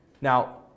Now